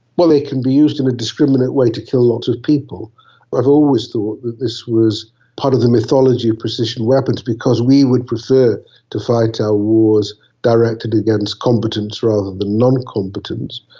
well, it can be used in a discriminant way to kill lots of people. but i've always thought that this was part of the mythology of precision weapons because we would prefer to fight our wars directed against competence rather than non-competence.